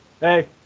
Hey